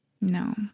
No